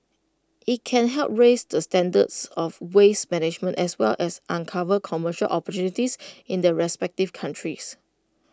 IT can help raise the standards of waste management as well as uncover commercial opportunities in the respective countries